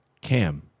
Cam